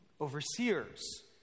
Overseers